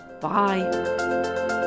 bye